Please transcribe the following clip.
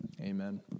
Amen